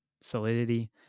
solidity